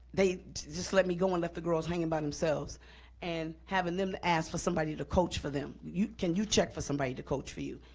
they just let me go and left the girls hanging by themselves and having them to ask for somebody to coach for them. can you check for somebody to coach for you?